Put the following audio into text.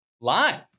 live